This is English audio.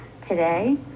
Today